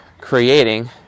creating